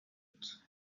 hand